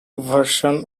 version